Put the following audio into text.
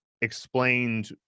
explained